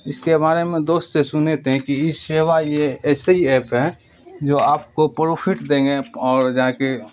اس کے بارے میں دوست سے سنے تھیں کہ اس سیوا یہ ایسی ایپ ہے جو آپ کو پروفٹ دیں گے اور جا کے